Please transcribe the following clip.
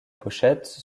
pochette